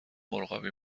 مرغابی